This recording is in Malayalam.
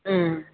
മ്മ്